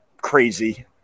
crazy